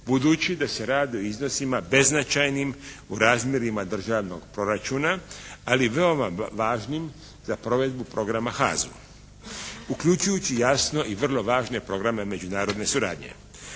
budući da se radi o iznosima beznačajnim u razmjerima državnog proračuna, ali veoma važnim za provedbu programa HAZ-u, uključujući jasno i vrlo važne programe međunarodne suradnje.